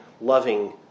Loving